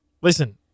listen